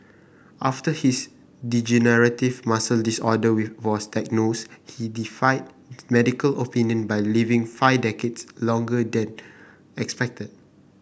after his degenerative muscle disorder we was diagnosed he defied medical opinion by living five decades longer than expected